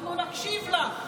אנחנו נקשיב לה.